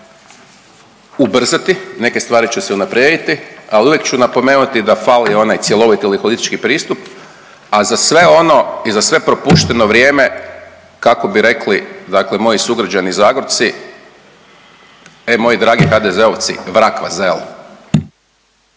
ubrzati, neke stvari će se unaprijediti, ali uvijek ću napomenuti da fali onaj cjelovit ili holistički pristup, a za sve ono i za sve propušteno vrijeme kako bi rekli dakle moji sugrađani Zagorci, e moji dragi HDZ-ovci vrag vas zel.